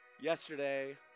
Yesterday